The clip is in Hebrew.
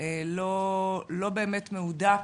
לא באמת מהודק,